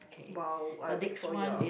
while I wait for y'all